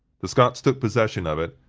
the scots took possession of it,